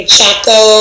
Chaco